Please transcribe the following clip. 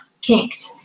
kinked